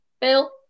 Bill